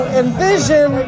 envision